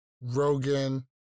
Rogan